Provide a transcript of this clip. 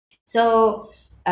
so uh